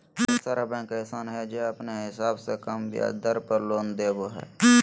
ढेर सारा बैंक अइसन हय जे अपने हिसाब से कम ब्याज दर पर लोन देबो हय